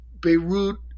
Beirut